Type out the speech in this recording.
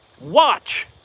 watch